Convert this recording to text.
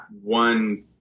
one